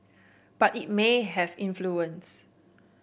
but it may have influence